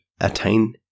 attain